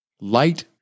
Light